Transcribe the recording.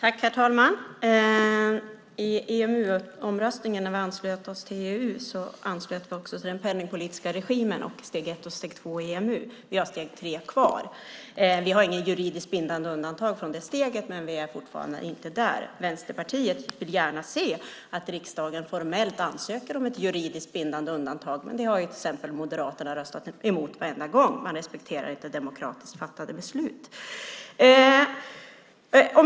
Herr talman! När vi anslöt oss till EU anslöt vi oss också till den penningpolitiska regimen och steg ett och steg två i EMU. Vi har steg tre kvar. Vi har inget juridiskt bindande undantag från det steget, men vi är fortfarande inte där. Vänsterpartiet vill gärna se att riksdagen formellt ansöker om ett juridiskt bindande undantag, men det har till exempel Moderaterna röstat emot varenda gång. Man respekterar inte demokratiskt fattade beslut.